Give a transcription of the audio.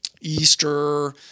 Easter